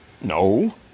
No